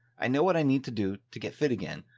i know what i need to do to get fit again,